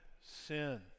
sin